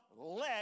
let